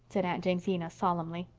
said aunt jamesina solemnly.